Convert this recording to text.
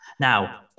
Now